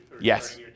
Yes